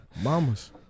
Mamas